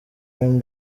rain